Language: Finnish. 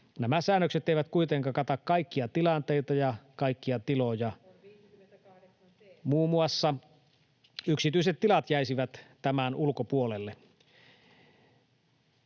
Nämä säännökset eivät kuitenkaan kata kaikkia tilanteita ja kaikkia tiloja. [Sari Sarkomaa: On 58 c §!] Muun muassa yksityiset tilat jäisivät tämän ulkopuolelle.